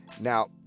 Now